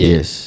Yes